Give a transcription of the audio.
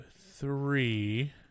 three